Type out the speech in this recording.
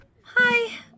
Hi